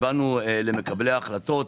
באנו למקבלי ההחלטות,